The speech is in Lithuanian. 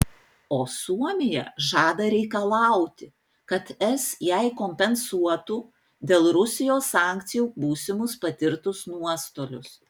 o suomija žada reikalauti kad es jai kompensuotų dėl rusijos sankcijų būsimus patirtus nuostolius